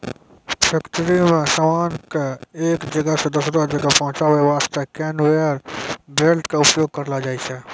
factory मॅ सामान कॅ एक जगह सॅ दोसरो जगह पहुंचाय वास्तॅ कनवेयर बेल्ट के उपयोग करलो जाय छै